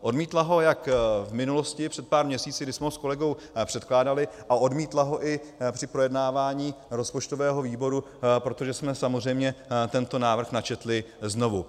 Odmítla ho jak v minulosti před pár měsíci, kdy jsme ho s kolegou předkládali, odmítla ho i při projednávání rozpočtového výboru, protože jsme samozřejmě tento návrh načetli znovu.